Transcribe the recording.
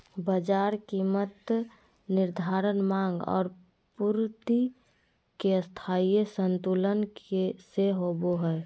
बाजार कीमत निर्धारण माँग और पूर्ति के स्थायी संतुलन से होबो हइ